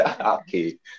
Okay